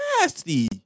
Nasty